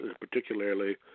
particularly